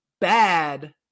bad